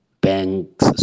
Banks